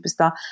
Superstar